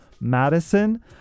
Madison